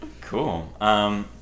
Cool